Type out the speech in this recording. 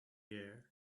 air